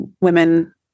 women